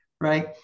right